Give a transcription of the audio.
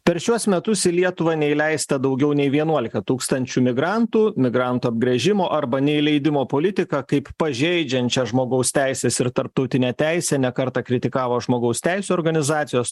per šiuos metus į lietuvą neįleista daugiau nei vienuolika tūkstančių migrantų migrantų apgręžimo arba neįleidimo politika kaip pažeidžiančią žmogaus teises ir tarptautinę teisę ne kartą kritikavo žmogaus teisių organizacijos